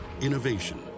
innovation